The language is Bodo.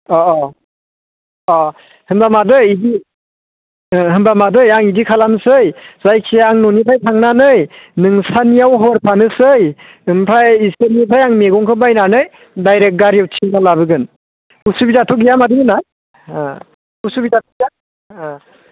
अह अह अह होमबा मादै बिदि होमबा मादै आं बिदि खालामसै जायखिया आं न'निफ्राय थांनानै नोंसानियाव हर थानोसै ओमफाय इसोरनिफ्राय आं मैगंखौ बायनानै डायरेक्ट गारियाव थिखोना लाबोगोन उसुबिदाथ' गैया मादै मोना उसुबिदाथ' गैया